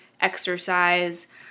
exercise